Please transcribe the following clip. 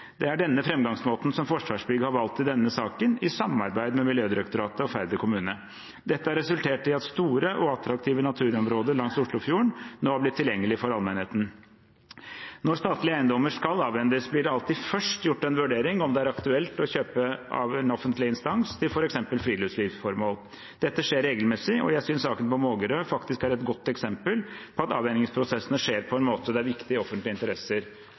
Det er denne framgangsmåten som Forsvarsbygg har valgt i denne saken, i samarbeid med Miljødirektoratet og Færder kommune. Dette har resultert i at store og attraktive naturområder langs Oslofjorden nå har blitt tilgjengelig for allmennheten. Når statlige eiendommer skal avhendes, blir det alltid først gjort en vurdering av om det er aktuelt å kjøpe av en offentlig instans til f.eks. friluftslivsformål. Dette skjer regelmessig, og jeg synes saken på Mågerø faktisk er et godt eksempel på at avhendingsprosessene skjer på en måte der viktige offentlige interesser blir ivaretatt. Jeg holder meg i